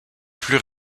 plus